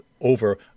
over